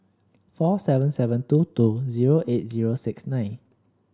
four seven seven two two zero eight zero six nine